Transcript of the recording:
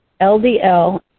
LDL